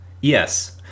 Yes